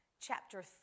chapter